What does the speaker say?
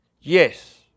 Yes